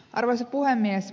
arvoisa puhemies